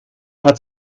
hat